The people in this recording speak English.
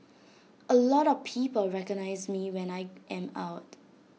A lot of people recognise me when I am out